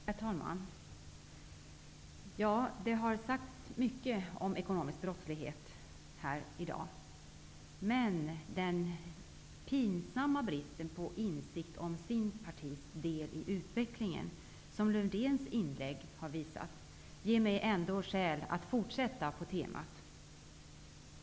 Herr talman! Det har sagts mycket här i dag om ekonomisk brottslighet. Men den pinsamma bristen på insikt om sitt partis del i utvecklingen, som Lars Erik Lövdén visar med sitt inlägg, ger mig skäl att fortsätta på detta tema.